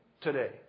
today